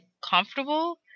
comfortable